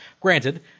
Granted